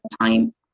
time